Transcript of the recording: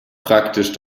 praktisch